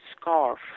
scarf